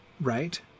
right